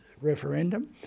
referendum